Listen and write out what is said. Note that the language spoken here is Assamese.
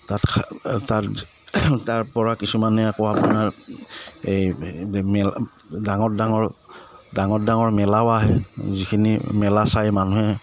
তাত তাত তাৰপৰা কিছুমানে আকৌ আপোনাৰ এই ডাঙৰ ডাঙৰ ডাঙৰ ডাঙৰ মেলাও আহে যিখিনি মেলা চাই মানুহে